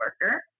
worker